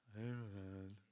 Amen